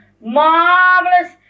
marvelous